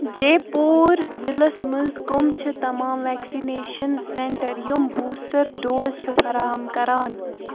J پوٗر ضلعس منٛز کَم چھِ تمام وٮ۪کسِنیشَن سٮ۪نٛٹَر یِم بوٗسٹَر ڈوز چھِ فراہَم کران